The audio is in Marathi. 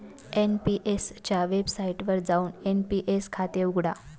एन.पी.एस च्या वेबसाइटवर जाऊन एन.पी.एस खाते उघडा